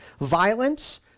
Violence